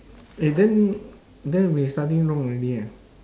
eh then then we something wrong already eh